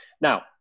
Now